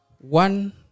One